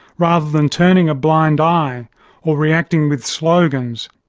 rather than turning a blind eye or reacting with slogans,